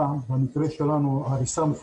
היא הייתה, היא הייתה על מיוט.